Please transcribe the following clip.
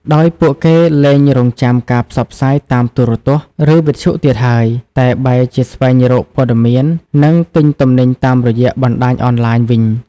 ដោយពួកគេលែងរង់ចាំការផ្សព្វផ្សាយតាមទូរទស្សន៍ ឬវិទ្យុទៀតហើយ តែបែរជាស្វែងរកព័ត៌មាន និងទិញទំនិញតាមរយៈបណ្ដាញអនឡាញវិញ។